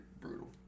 brutal